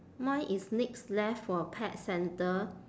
mine is next left for pet centre